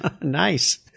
Nice